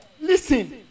listen